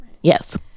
yes